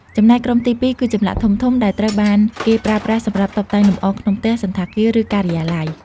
ចំណែកក្រុមទីពីរគឺចម្លាក់ធំៗ ដែលត្រូវបានគេប្រើប្រាស់សម្រាប់តុបតែងលម្អ ក្នុងផ្ទះ សណ្ឋាគារ ឬការិយាល័យ។